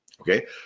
Okay